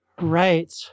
Right